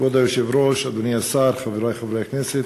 כבוד היושב-ראש, אדוני השר, חברי חברי הכנסת,